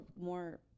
more